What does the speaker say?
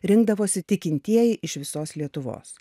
rinkdavosi tikintieji iš visos lietuvos